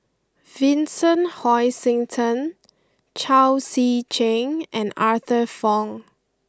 Vincent Hoisington Chao Tzee Cheng and Arthur Fong